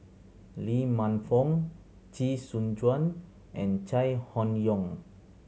Lee Man Fong Chee Soon Juan and Chai Hon Yoong